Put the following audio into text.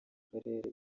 karere